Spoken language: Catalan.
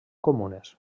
comunes